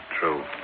true